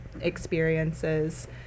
experiences